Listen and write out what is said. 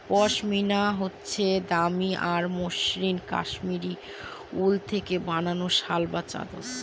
পশমিনা হচ্ছে দামি আর মসৃণ কাশ্মীরি উল থেকে বানানো শাল বা চাদর